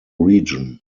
region